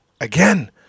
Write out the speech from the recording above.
again